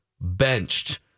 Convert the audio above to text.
benched